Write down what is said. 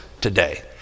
today